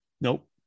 nope